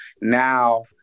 now